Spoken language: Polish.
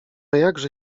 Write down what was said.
jakże